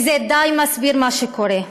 וזה די מסביר מה שקורה.